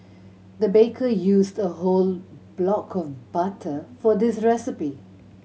the baker used a whole block of butter for this recipe